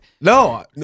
no